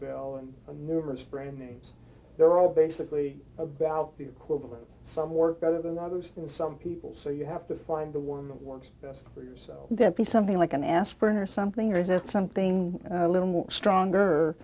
the numerous brand names they're all basically about the equivalent of some work better than others and some people so you have to find the one that works best for yourself that be something like an aspirin or something or that something a little more stronger